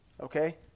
Okay